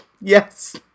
Yes